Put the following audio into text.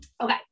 Okay